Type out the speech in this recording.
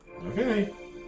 Okay